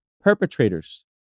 perpetrators